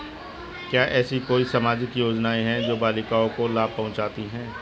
क्या ऐसी कोई सामाजिक योजनाएँ हैं जो बालिकाओं को लाभ पहुँचाती हैं?